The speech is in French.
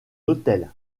hôtel